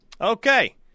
Okay